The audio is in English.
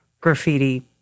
graffiti